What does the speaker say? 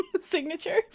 signature